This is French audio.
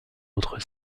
autre